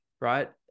right